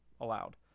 allowed